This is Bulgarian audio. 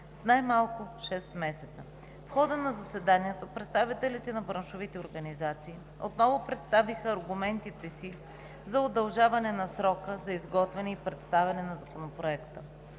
с най-малко шест месеца. В хода на заседанието представителите на браншовите организации отново представиха аргументите си за удължаване на срока за изготвяне и представяне на Законопроекта.